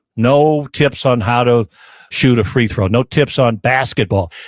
no tips on how to shoot a free throw. no tips on basketball.